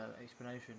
explanation